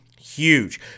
huge